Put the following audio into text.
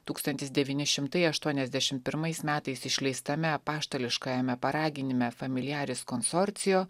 tūkstantis devyni šimtai aštuoniasdešimt pirmais metais išleistame apaštališkajame paraginime familiaris konsorcio